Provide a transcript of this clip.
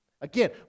Again